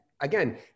again